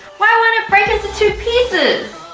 why won't it break into two pieces?